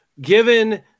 Given